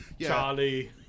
Charlie